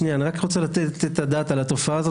אני רק רוצה לתת את הדעת על התופעה הזאת,